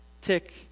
tick